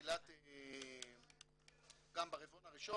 בתחילת --- גם ברבעון הראשון.